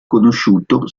conosciuto